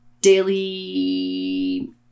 daily